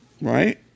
right